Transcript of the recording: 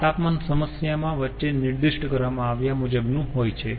આ તાપમાન સમસ્યામાં વચ્ચે નિર્દિષ્ટ કરવામાં આવ્યાં મુજબનું હોય છે